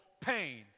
pain